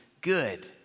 good